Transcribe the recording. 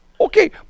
okay